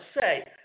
say